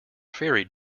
ferry